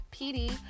PD